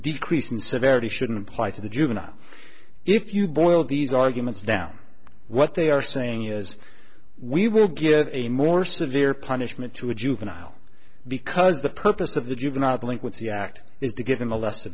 decrease in severity shouldn't apply to the juvenile if you boil these arguments down what they are saying is we will give a more severe punishment to a juvenile because the purpose of the juvenile delinquency act is to give them a less